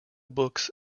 books